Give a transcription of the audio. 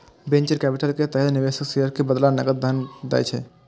venture capital के तहत निवेशक शेयर के बदला नकद धन दै छै